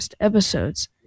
episodes